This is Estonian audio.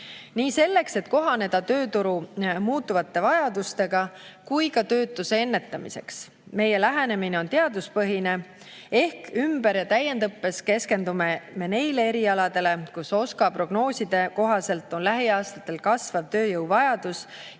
nii selleks, et kohaneda tööturu muutuvate vajadustega kui ka töötuse ennetamiseks. Meie lähenemine on teaduspõhine ehk ümber‑ ja täiendõppes keskendume me neile erialadele, kus OSKA prognooside kohaselt on lähiaastatel kasvav tööjõuvajadus